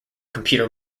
computer